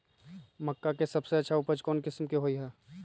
मक्का के सबसे अच्छा उपज कौन किस्म के होअ ह?